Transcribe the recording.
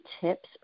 tips